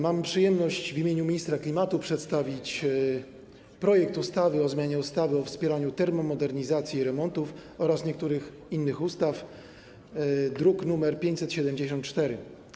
Mam przyjemność w imieniu ministra klimatu przedstawić projekt ustawy o zmianie ustawy o wspieraniu termomodernizacji i remontów oraz niektórych innych ustaw, druk nr 574.